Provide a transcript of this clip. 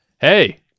hey